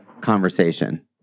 conversation